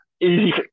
easy